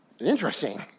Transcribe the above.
Interesting